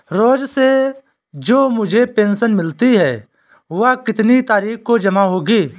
रोज़ से जो मुझे पेंशन मिलती है वह कितनी तारीख को जमा होगी?